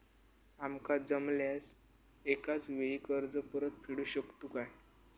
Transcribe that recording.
आमका जमल्यास एकाच वेळी कर्ज परत फेडू शकतू काय?